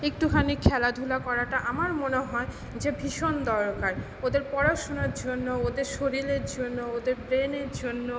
একটুখানি খেলাধুলা করাটা আমার মনে হয় যে ভীষণ দরকার ওদের পড়াশুনার জন্য ওদের শরীলের জন্য ওদের ব্রেনেরজন্য